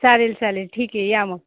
चालेल चालेल ठीक आहे या मग